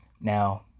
now